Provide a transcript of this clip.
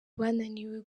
bananiwe